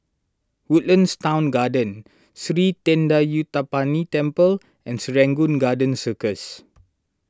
Woodlands Town Garden Sri thendayuthapani Temple and Serangoon Garden Circus